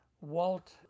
Walt